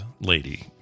lady